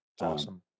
awesome